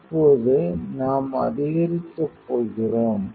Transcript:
இப்போது நாம் அதிகரிக்க போகிறோம்